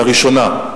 לראשונה,